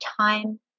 time